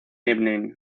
evening